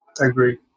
agree